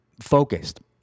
focused